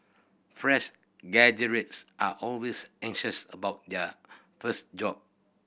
fresh graduates are always anxious about their first job